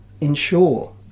ensure